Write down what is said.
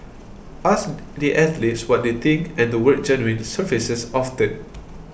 ask the athletes what they think and the word genuine surfaces often